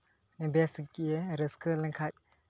ᱵᱮᱥ ᱜᱮᱭᱟ ᱨᱟᱹᱥᱠᱟᱹ ᱞᱮᱱᱠᱷᱟᱡ